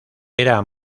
era